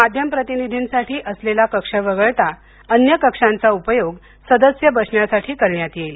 माध्यम प्रतिनिधीसाठी असलेला कक्ष वगळता अन्य कक्षांचा उपयोग सदस्य बसण्यासाठी करण्यात येईल